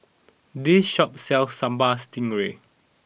this shop sells Sambal Stingray